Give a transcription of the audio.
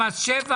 בגלל המס שבח?